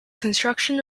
construction